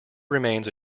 remains